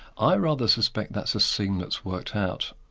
i rather suspect that's a seam that's worked out.